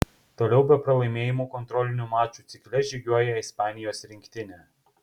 toliau be pralaimėjimų kontrolinių mačų cikle žygiuoja ispanijos rinktinė